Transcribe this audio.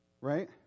right